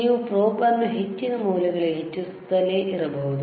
ಮತ್ತು ನೀವು ಪ್ರೋಬ್ ನ್ನು ಹೆಚ್ಚಿನ ಮೌಲ್ಯಗಳಿಗೆ ಹೆಚ್ಚಿಸುತ್ತಲೇ ಇರಬಹುದು